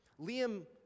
Liam